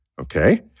Okay